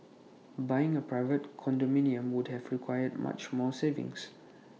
buying A private condominium would have required much more savings